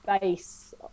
base